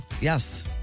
Yes